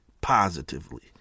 positively